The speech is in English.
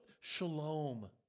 shalom